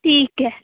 ਠੀਕ ਹੈ